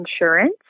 insurance